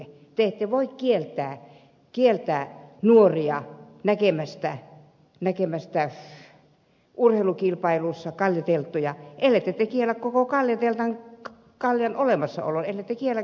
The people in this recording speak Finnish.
te ette voi kieltää nuoria näkemästä urheilukilpailussa kaljatelttoja ellette te kiellä koko kaljateltan kaljan olemassaoloa ellette kiellä kaljan myyntiä siellä